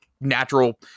natural